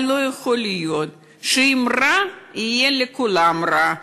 אבל לא יכול להיות שאם רע, יהיה לכולם רע.